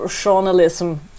journalism